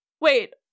wait